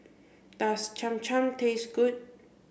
does Cham Cham taste good